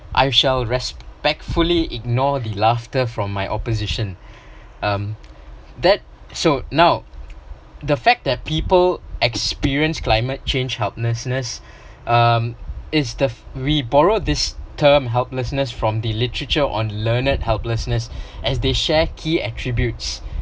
I shall respectfully ignore the laughter from my opposition um that so now the fact that people experience climate change helplessness um is the we borrowed this term helplessness from the literature on learned helplessness as they share key attributes